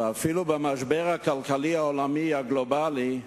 ואפילו במשבר הכלכלי העולמי, הגלובלי,